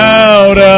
out